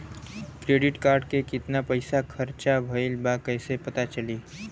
Credit card के कितना पइसा खर्चा भईल बा कैसे पता चली?